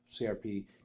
CRP